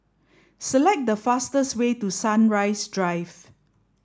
select the fastest way to Sunrise Drive